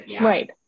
Right